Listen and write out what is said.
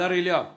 הדר אליהו בבקשה.